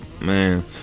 Man